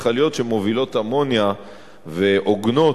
מכליות שמובילות אמוניה ועוגנות